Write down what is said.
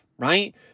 right